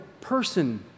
person